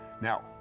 Now